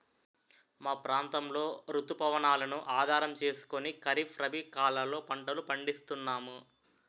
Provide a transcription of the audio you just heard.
మా ప్రాంతంలో రుతు పవనాలను ఆధారం చేసుకుని ఖరీఫ్, రబీ కాలాల్లో పంటలు పండిస్తున్నాము